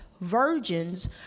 virgins